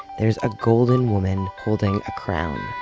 there's a golden woman holding a crown.